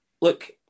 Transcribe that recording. look